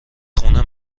خونه